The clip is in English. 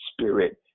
spirit